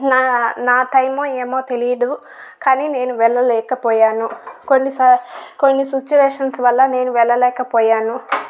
నా నా టైము ఏమో తెలీదు కానీ నేను వెళ్ళలేకపోయాను కొన్ని సా కొన్ని సిచుయేషన్స్ వల్ల నేను వెళ్లలేకపోయాను